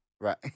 Right